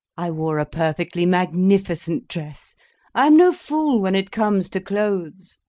i wore a perfectly magnificent dress i am no fool when it comes to clothes.